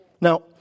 Now